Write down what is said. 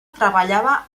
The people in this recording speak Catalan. treballava